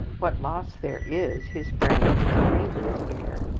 what loss there is, his friends and neighbours bear.